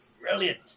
Brilliant